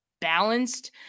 balanced